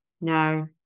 No